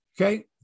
Okay